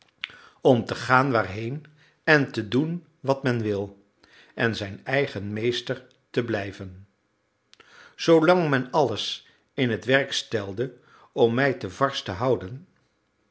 om te gaan waarheen en te doen wat men wil en zijn eigen meester te blijven zoolang men alles in het werk stelde om mij te varses te houden